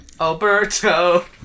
Alberto